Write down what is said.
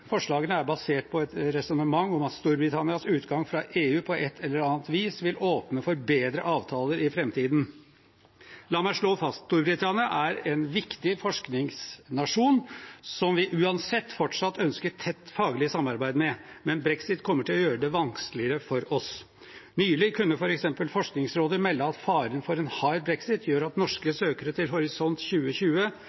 forslagene er basert på et resonnement om at Storbritannias utgang fra EU på et eller annet vis vil åpne for bedre avtaler i framtiden. La meg slå fast: Storbritannia er en viktig forskningsnasjon som vi uansett fortsatt ønsker tett faglig samarbeid med. Men brexit kommer til å gjøre det vanskeligere for oss. Nylig kunne f.eks. Forskningsrådet melde at faren for en hard brexit gjør at norske